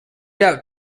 doubt